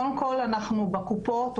קודם כל אנחנו בקופות,